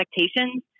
expectations